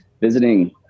Visiting